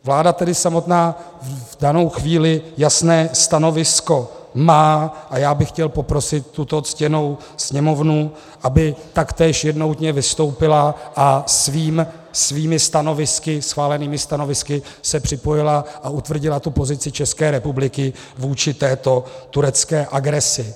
Vláda tedy samotná v danou chvíli jasné stanovisko má a já bych chtěl poprosit tuto ctěnou Sněmovnu, aby taktéž jednotně vystoupila a svými schválenými stanovisky se připojila a utvrdila pozici České republiky vůči této turecké agresi.